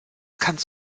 kannst